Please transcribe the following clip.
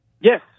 Yes